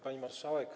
Pani Marszałek!